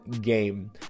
game